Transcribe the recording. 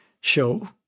show